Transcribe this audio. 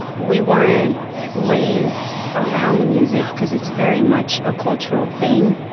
we weren't raised around the music because it's very much a cultural thing.